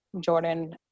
Jordan